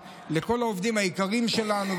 לכל העובדים היקרים שלנו,